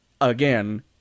Again